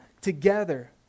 together